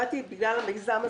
באתי בגלל המיזם הזה.